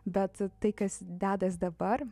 bet tai kas dedas dabar